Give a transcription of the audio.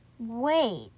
Wait